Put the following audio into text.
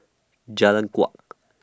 Jalan Kuak